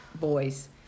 boys